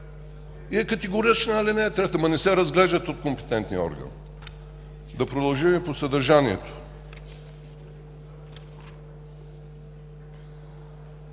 и е категорична ал. 3, ама не се разглеждат от компетентния орган. Да продължим по съдържанието.